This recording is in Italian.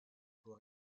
può